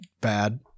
bad